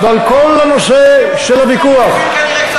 על כל הנושא של הוויכוח,